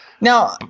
Now